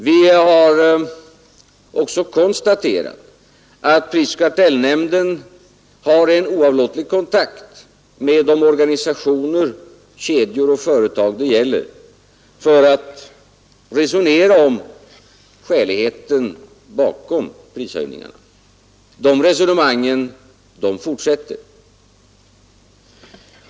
Vi har också konstaterat att prisoch kartellnämnden har en oavlåtlig kontakt med de organisationer, kedjor och företag det gäller för att resonera om skäligheten bakom prishöjningarna. De resonemangen fortsätter.